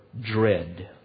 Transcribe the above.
dread